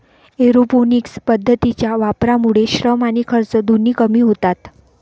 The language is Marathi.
एरोपोनिक्स पद्धतीच्या वापरामुळे श्रम आणि खर्च दोन्ही कमी होतात